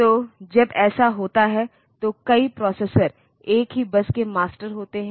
तो जब ऐसा होता है तो कई प्रोसेसर एक ही बस के मास्टर होते हैं